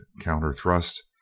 counter-thrust